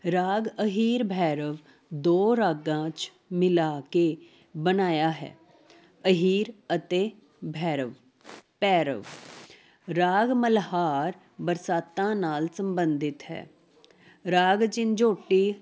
ਰਾਗ ਅਹੀਰ ਬੈਰਵ ਦੋ ਰਾਗਾਂ 'ਚ ਮਿਲਾ ਕੇ ਬਣਾਇਆ ਹੈ ਅਹੀਰ ਅਤੇ ਬੈਰਵ ਭੈਰਵ ਰਾਗ ਮਲਹਾਰ ਬਰਸਾਤਾਂ ਨਾਲ ਸੰਬੰਧਿਤ ਹੈ ਰਾਗ ਝੰਝੋਟੀ